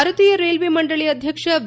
ಭಾರತೀಯ ರೈಲ್ವೆ ಮಂಡಳಿ ಅಧ್ಯಕ್ಷ ವಿ